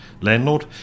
landlord